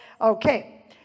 Okay